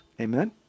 Amen